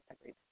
Agreed